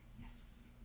Yes